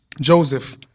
Joseph